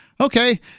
okay